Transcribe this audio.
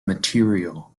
material